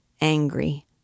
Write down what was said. angry